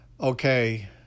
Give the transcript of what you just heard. okay